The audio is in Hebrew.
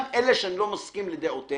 גם אלה שאני לא מסכים לדעותיהם.